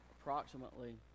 Approximately